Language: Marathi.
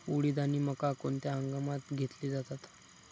उडीद आणि मका कोणत्या हंगामात घेतले जातात?